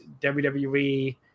WWE